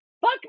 fuck